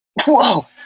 Whoa